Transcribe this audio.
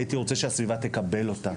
הייתי רוצה שהסביבה תקבל אותה,